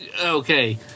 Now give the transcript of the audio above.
Okay